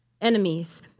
enemies